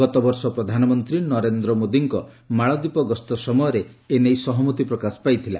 ଗତବର୍ଷ ପ୍ରଧାନମନ୍ତ୍ରୀ ନରେନ୍ଦ୍ର ମୋଦିଙ୍କ ମାଳଦ୍ୱୀପ ଗସ୍ତ ସମୟରେ ଏନେଇ ସହମତି ପ୍ରକାଶ ପାଇଥିଲା